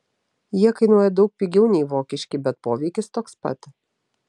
jie kainuoja daug pigiau nei vokiški bet poveikis toks pat